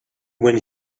when